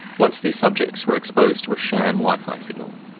once these subjects were exposed to a sham wifi signal.